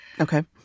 Okay